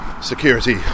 security